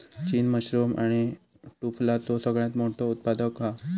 चीन मशरूम आणि टुफलाचो सगळ्यात मोठो उत्पादक हा